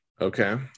Okay